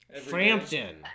Frampton